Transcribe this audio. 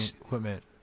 equipment